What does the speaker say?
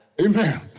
Amen